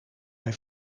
hij